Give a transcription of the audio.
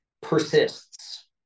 persists